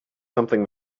something